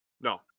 No